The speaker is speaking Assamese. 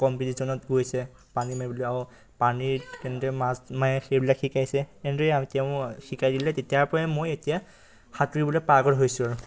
কম্পিটিশ্যনত গৈছে পানী মাৰিবলৈ আৰু পানীত কেনেদৰে মাছ মাৰে সেইবিলাক শিকাইছে এনেদৰে তেওঁ মোক শিকাই দিলে তেতিয়াৰ পৰাই মই এতিয়া সাঁতুৰিবলৈ পাৰ্গত হৈছোঁ আৰু